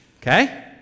okay